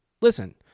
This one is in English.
Listen